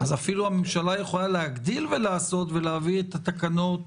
אז אפילו הממשלה יכולה להגדיל ולעשות ולהביא את התקנות